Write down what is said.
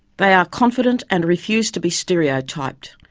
they are confident and refuse to be stereotyped.